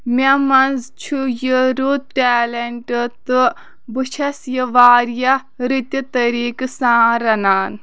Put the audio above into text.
مےٚ منٛز چھُ یہِ رُت ٹیلنٛٹ تہٕ بہٕ چھَس یہ واریاہ رٕتہِ طٔریٖقہٕ سان رَنان